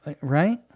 Right